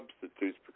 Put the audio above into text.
substitutes